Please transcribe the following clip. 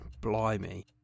blimey